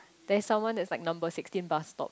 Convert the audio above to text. there is someone that's like number sixteen bus stop